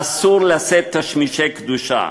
אסור לשאת תשמישי קדושה.